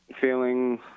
feeling